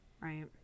Right